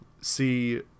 see